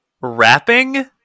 wrapping